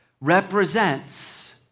represents